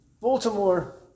Baltimore